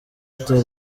airtel